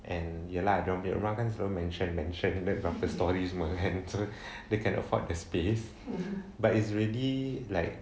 and ya lah dia orang punya rumah kan selalu mansion mansion berapa storey semua kan so they can afford the space but it's already like